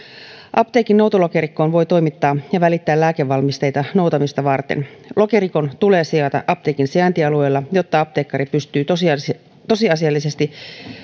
apteekin noutolokerikkoon voi toimittaa ja välittää lääkevalmisteita noutamista varten lokerikon tulee sijaita apteekin sijaintialueella jotta apteekkari pystyy tosiasiallisesti